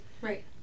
right